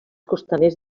costaners